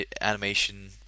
animation